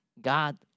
God